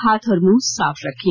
हाथ और मुंह साफ रखें